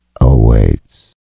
awaits